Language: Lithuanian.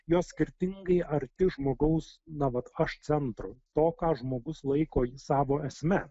jos skirtingai arti žmogaus na vat aš centro to ką žmogus laiko savo esme